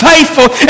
faithful